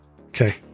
Okay